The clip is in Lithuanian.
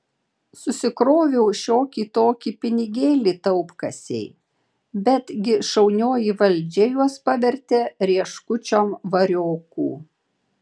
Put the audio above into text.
susikroviau šiokį tokį pinigėlį taupkasėj bet gi šaunioji valdžia juos pavertė rieškučiom variokų